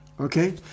Okay